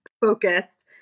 focused